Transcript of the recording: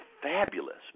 Fabulous